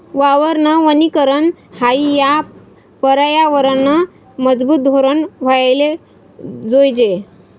वावरनं वनीकरन हायी या परयावरनंनं मजबूत धोरन व्हवाले जोयजे